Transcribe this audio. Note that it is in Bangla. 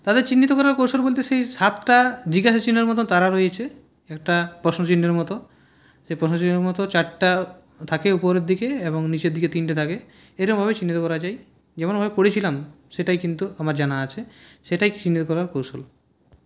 তাদের চিহ্নিত করার কৌশল বলতে সেই সাতটা জিজ্ঞাসা চিহ্নের মতন তারা রয়েছে একটা প্রশ্ন চিহ্নের মত সেই প্রশ্ন চিহ্নের মতো চারটা থাকে উপরের দিকে এবং নিচের দিকে তিনটে থাকে এইরকমভাবেই চিহ্নিত করা যায় যেমনভাবে পড়েছিলাম সেটাই কিন্তু আমার জানা আছে সেটাই চিহ্নিত করার কৌশল